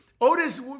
Otis